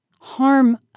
harm